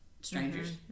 strangers